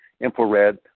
infrared